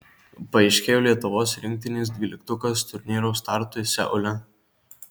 paaiškėjo lietuvos rinktinės dvyliktukas turnyro startui seule